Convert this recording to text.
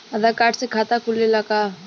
आधार card से खाता खुले ला का?